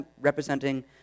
representing